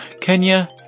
Kenya